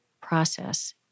process